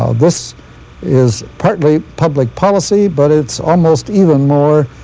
ah this is partly public policy, but it's almost even more